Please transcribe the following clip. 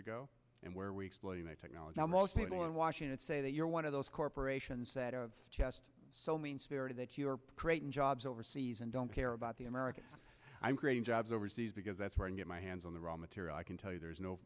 ago and where we explain the technology now most people in washington say that you're one of those corporations that just so mean spirited that you are creating jobs overseas and don't care about the american i'm creating jobs overseas because that's where i get my hands on the raw material i can tell you there's no